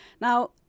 Now